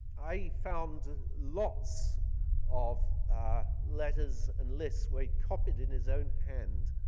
i found lots of letters and lists where he'd copied in his own hand.